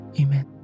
amen